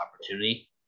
opportunity